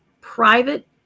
private